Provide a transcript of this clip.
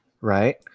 right